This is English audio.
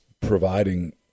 providing